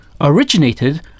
originated